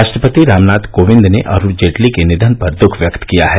राष्ट्रपति रामनाथ कोविंद ने अरुण जेटली के निधन पर दुख व्यक्त किया है